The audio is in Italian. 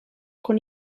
con